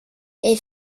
est